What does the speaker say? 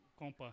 compa